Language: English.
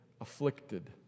afflicted